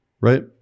Right